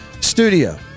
Studio